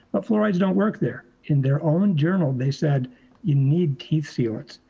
but fluorides don't work there. in their own journal, they said you need teeth sealants.